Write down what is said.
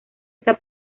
esta